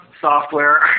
software